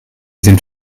sind